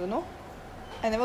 thirteen million ah